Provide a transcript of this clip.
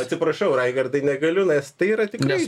atsiprašau raigardai negaliu nes tai yra tikrai